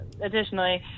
additionally